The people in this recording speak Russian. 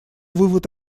вывод